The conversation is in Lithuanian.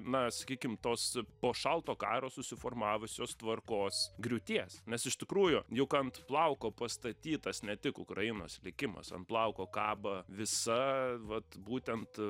na sakykim tos po šalto karo susiformavusios tvarkos griūties nes iš tikrųjų juk ant plauko pastatytas ne tik ukrainos likimas ant plauko kaba visa vat būtent